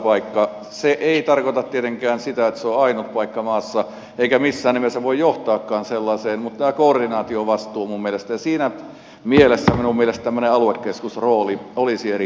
se ei tarkoita tietenkään sitä että se on ainut paikka maassa eikä missään nimessä voi johtaakaan sellaiseen mutta minun mielestäni tämä koordinaatiovastuu ja siinä mielessä tämmöinen aluekeskusrooli olisi erittäin hyvä